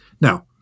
Now